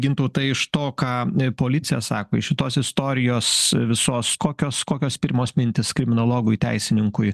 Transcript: gintautai iš to ką policija sako iš šitos istorijos visos kokios kokios pirmos mintys kriminologui teisininkui